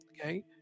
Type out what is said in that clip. Okay